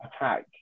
attack